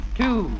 two